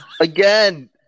again